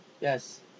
Yes